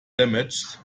damages